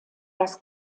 das